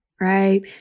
right